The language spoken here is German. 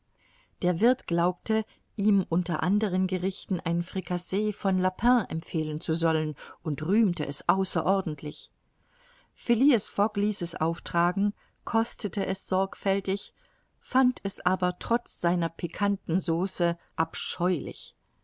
der wirth glaubte ihm unter anderen gerichten ein fricasse von lapin empfehlen zu sollen und rühmte es außerordentlich phileas fogg ließ es auftragen kostete es sorgfältig fand es aber trotz seiner pikanten sauce abscheulich